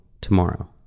tomorrow